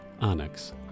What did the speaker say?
Onyx